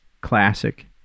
classic